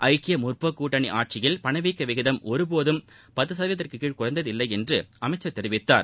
ஐக்கிய முற்போக்குக் கூட்டணி ஆட்சியில் பணவீக்கவிகிதம் ஒருபோதும் பத்து சதவீதத்திற்குகீழ் குறைந்தது இல்லை என்று அமைச்சர் தெரிவித்தார்